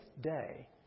day